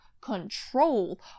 control